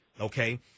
okay